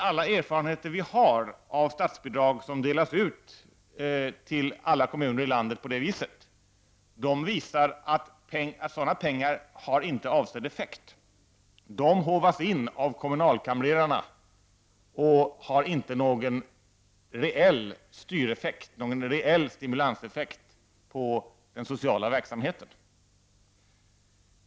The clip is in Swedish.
Alla erfarenheter vi har av statsbidrag som delas ut till alla kommuner i landet på detta sätt visar emellertid att sådana pengar inte har avsedd effekt. De håvas in av kommunalkamrerarna och har inte någon reell styreffekt eller någon reell stimulanseffekt på den sociala verksamheten.